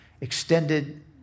extended